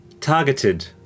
targeted